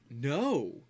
no